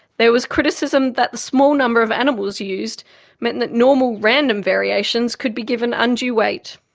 there was criticism that the small number of animals used meant that normal random variations could be given undue weight.